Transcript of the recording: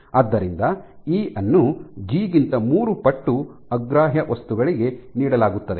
ಆದ್ದರಿಂದ ಇ ಅನ್ನು ಜಿ ಗಿಂತ ಮೂರು ಪಟ್ಟು ಅಗ್ರಾಹ್ಯ ವಸ್ತುಗಳಿಗೆ ನೀಡಲಾಗುತ್ತದೆ